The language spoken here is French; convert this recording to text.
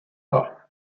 pas